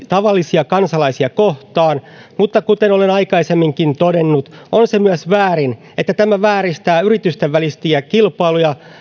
tavallisia kansalaisia kohtaan mutta kuten olen aikaisemminkin todennut on se myös väärin että tämä vääristää yritysten välistä kilpailua